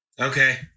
Okay